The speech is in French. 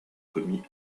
commis